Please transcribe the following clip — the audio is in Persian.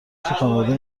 خانواده